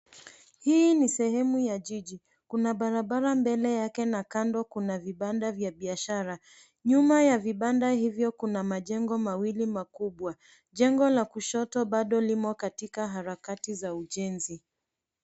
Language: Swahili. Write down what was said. Hii ni sehemu ya jiji. Kuna barabara mbele yake na kando kuna vibanda vya biashara. Nyuma ya vibanda hivi kuna majengo mawili makubwa. Jengo la kushoto bado limo katika harakati za ujensi.